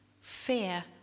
Fear